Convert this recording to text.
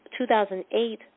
2008